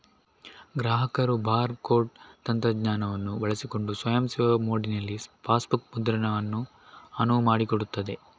ಗ್ರಾಹಕರು bar code ತಂತ್ರಜ್ಞಾನವನ್ನು ಬಳಸಿಕೊಂಡು ಸ್ವಯಂ ಸೇವಾ ಮೋಡಿನಲ್ಲಿ ಪಾಸ್ಬುಕ್ ಮುದ್ರಣವನ್ನು ಅನುವು ಮಾಡಿಕೊಡುತ್ತದೆ